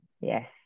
yes